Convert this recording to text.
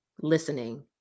listening